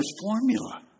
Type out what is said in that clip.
formula